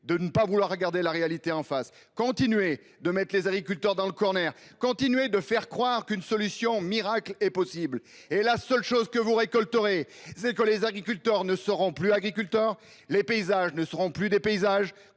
à ne pas vouloir regarder la réalité en face ! Continuez à mettre les agriculteurs dans un corner ! Continuez à faire croire qu’une solution miracle est possible. La seule chose que vous récolterez, c’est que les agriculteurs ne seront plus agriculteurs et que les paysages ne seront plus ceux